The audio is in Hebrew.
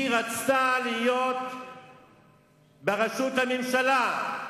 היא רצתה להיות בראשות הממשלה.